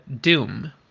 doom